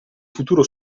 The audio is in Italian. futuro